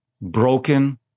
broken